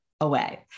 away